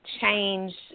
change